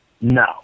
No